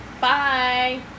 Bye